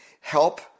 help